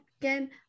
again